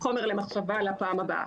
חומר למחשבה לפעם הבאה.